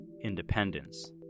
independence